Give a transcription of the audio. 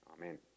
Amen